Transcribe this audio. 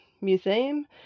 museum